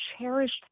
cherished